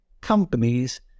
companies